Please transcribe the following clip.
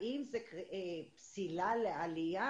האם זה פסילה לעלייה?